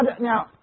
Now